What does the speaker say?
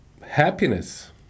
happiness